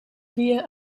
via